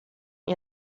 you